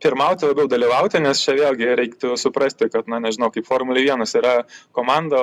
pirmauti labiau dalyvauti nes čia vėlgi reiktų suprasti kad na nežinau kaip formulėj vienas yra komanda